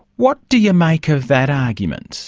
what do you make of that argument